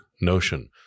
notion